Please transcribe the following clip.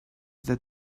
that